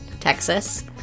Texas